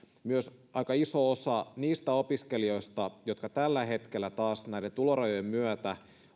aika iso osa niistä opiskelijoista jotka tällä hetkellä näiden tulorajojen myötä